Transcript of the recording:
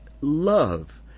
love